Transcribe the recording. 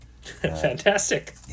Fantastic